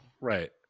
Right